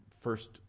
first